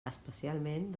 especialment